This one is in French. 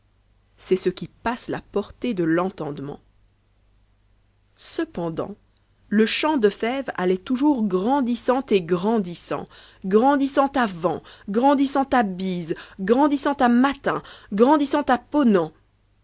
c'est ce qui passe la portée de l'entendemont cependant le champ de fèves allait toujours grandissant et grandissant grandissant a vent grandissant bise grandissant matin grandissant à ponant